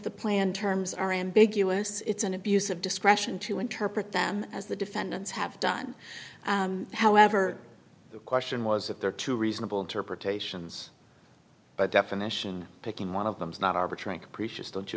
the plan terms are ambiguous it's an abuse of discretion to interpret them as the defendants have done however the question was if there are two reasonable interpretations by definition picking one of them is not arbitrary capricious don't you